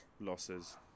Losses